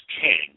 King